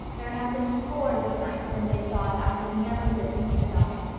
there have been scores of nights when they've thought i could never live to see the dawn,